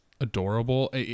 adorable